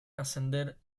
ascender